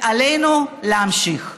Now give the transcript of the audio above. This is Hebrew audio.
עלינו להמשיך.